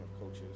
coaches